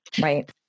Right